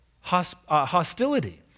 hostility